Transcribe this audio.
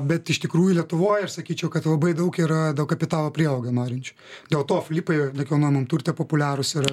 bet iš tikrųjų lietuvoj aš sakyčiau kad labai daug yra daug kapitalo prieaugio norinčių dėl to ęlipai nekilnojamam turte populiarūs yra